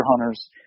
hunters